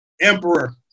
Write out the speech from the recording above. Emperor